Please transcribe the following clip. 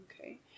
okay